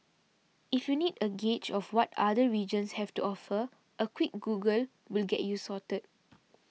if you need a gauge of what other regions have to offer a quick Google will get you sorted